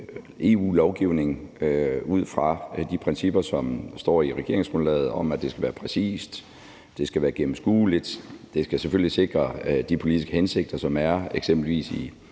EU-lovgivning ud fra de principper, som står i regeringsgrundlaget, om, at det skal være præcist, det skal være gennemskueligt, det skal selvfølgelig sikre de politiske hensigter, som er eksempelvis i